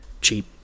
cheap